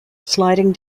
sliding